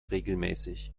regelmäßig